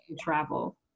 travel